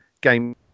game